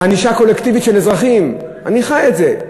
ענישה קולקטיבית של אזרחים, אני חי את זה,